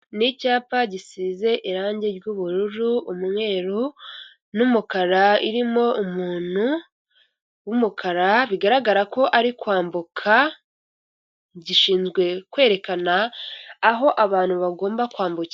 N'icyapa gisize irangi ry'ubururu umweru n'umukara haririmo umuntu wumukara bigaragara ko ari kwambuka, gishinzwe kwerekana aho abantu bagomba kwambuki.